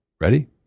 Ready